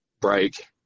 break